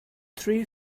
three